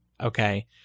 Okay